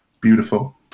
beautiful